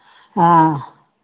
हाँ